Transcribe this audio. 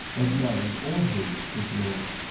that loves or hates his lord.